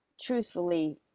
truthfully